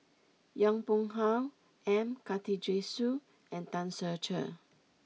Yong Pung How M Karthigesu and Tan Ser Cher